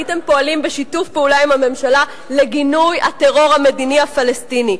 הייתם פועלים בשיתוף פעולה עם הממשלה לגינוי הטרור המדיני הפלסטיני,